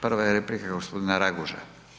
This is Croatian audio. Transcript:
Prva je replika gospodina Rakuža.